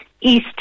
East